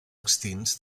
extints